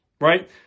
Right